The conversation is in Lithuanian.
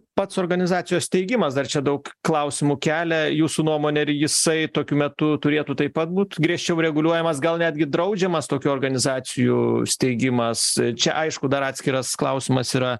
pats organizacijos steigimas dar čia daug klausimų kelia jūsų nuomone ir jisai tokiu metu turėtų taip pat būt griežčiau reguliuojamas gal netgi draudžiamas tokių organizacijų steigimas čia aišku dar atskiras klausimas yra